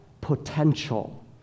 potential